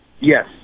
Yes